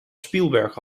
spielberg